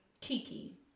kiki